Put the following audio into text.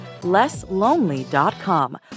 LessLonely.com